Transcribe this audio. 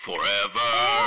Forever